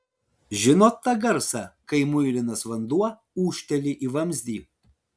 žinot tą garsą kai muilinas vanduo ūžteli į vamzdį